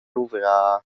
luvrar